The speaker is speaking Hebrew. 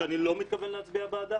שאני לא מתכוון להצביע בעדה,